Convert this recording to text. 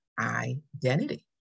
identity